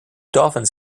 dolphins